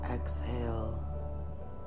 Exhale